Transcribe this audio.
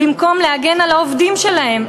במקום להגן על העובדים שלהם,